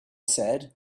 said